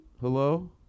Hello